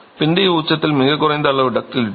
பிந்தைய உச்சத்தில் மிகக் குறைந்த அளவு டக்டிலிட்டி